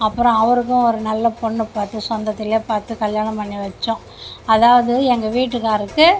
அப்புறம் அவருக்கும் ஒரு நல்ல பொண்ணு பார்த்து சொந்தத்திலையே பார்த்து கல்யாணம் பண்ணி வெச்சோம் அதாவது எங்கள் வீட்டுக்காரருக்கு